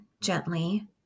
gently